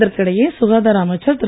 இதற்கிடையே சுகாதார அமைச்சர் திரு